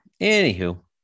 Anywho